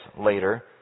later